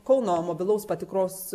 kauno mobilaus patikros